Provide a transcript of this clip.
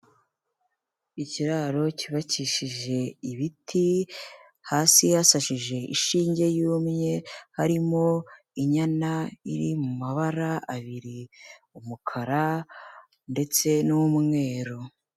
Ikiraro cyubakishije ibiti hasi hasashije ishinge yumye harimo inyana iri mu mabara abiri umukara ndetse n'umweru.